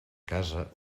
casa